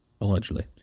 Allegedly